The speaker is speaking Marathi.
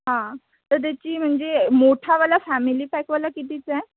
हां तर त्याची म्हणजे मोठावाला फॅमिली पॅकवाला कितीचा आहे